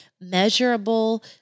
measurable